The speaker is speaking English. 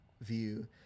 view